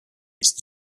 ist